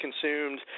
consumed